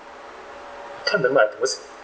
can't remember I towards